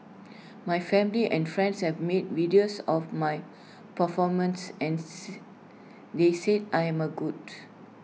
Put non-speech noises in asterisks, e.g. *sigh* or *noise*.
my family and friends have mid videos of my performances and *unintelligible* they said I am A good